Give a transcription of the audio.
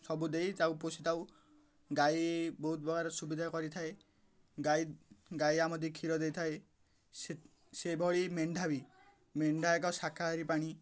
ସବୁ ଦେଇ ତା'କୁ ପୋଷିଥାଉ ଗାଈ ବହୁତ ପ୍ରକାର ସୁବିଧା କରିଥାଏ ଗାଈ ଗାଈ ଆମ କ୍ଷୀର ଦେଇଥାଏ ସେ ସେଭଳି ମେଣ୍ଢା ବି ମେଣ୍ଢା ଏକ ଶାକାହାରୀ ପ୍ରାଣୀ